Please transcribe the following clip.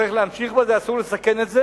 צריך להמשיך בזה, אסור לסכן את זה.